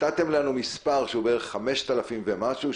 נתתם לנו מספר שהוא כ-5,000 ומשהו,